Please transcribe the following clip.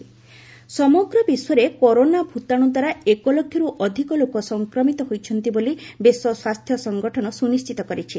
WHO corona ସମଗ୍ର ବିଶ୍ୱରେ corona ଭୂତାଣୁଦ୍ୱାରା ଏକଲକ୍ଷରୁ ଅଧିକ ଲୋକ ସଂକ୍ରମିତ ହୋଇଛନ୍ତି ବୋଲି ବିଶ୍ୱ ସ୍ୱାସ୍ଥ୍ୟ ସଂଗଠନ ସୁନିଣ୍ଠିତ କରିଛି